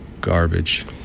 garbage